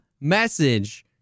message